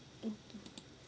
mmhmm